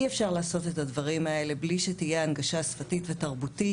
אי אפשר לעשות את הדברים האלה בלי שתהיה הנגשה שפתית ותרבותית.